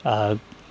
err